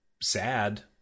sad